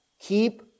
keep